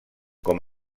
com